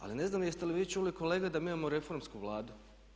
Ali ne znam jeste li vi čuli kolega da mi imamo reformsku Vladu.